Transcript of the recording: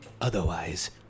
Otherwise